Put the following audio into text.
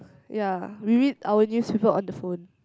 ya we read our newspaper on the phone